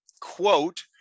quote